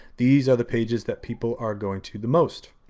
these are the pages that people are going to the most.